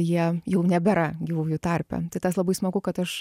jie jau nebėra gyvųjų tarpe tai tas labai smagu kad aš